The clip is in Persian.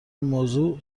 موضوع